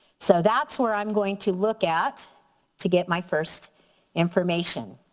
so that's where i'm going to look at to get my first information.